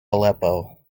aleppo